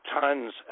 tons